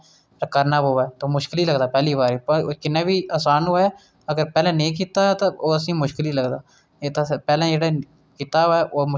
एह् अच्छे मनुक्खें गी बचाई बी सकदा ऐ जियां जेल्लै अभिमन्यु चक्रव्यूह बिच कल्ला लड़ा दा हा ते कौरवें उस उप्पर हमला कीता